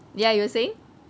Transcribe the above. ya you were saying